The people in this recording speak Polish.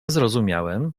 zrozumiem